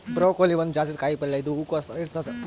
broccoli ಒಂದ್ ಜಾತಿದ್ ಕಾಯಿಪಲ್ಯ ಇದು ಹೂಕೊಸ್ ಥರ ಇರ್ತದ್